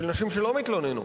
של נשים שלא מתלוננות,